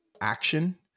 action